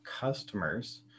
customers